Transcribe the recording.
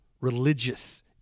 religious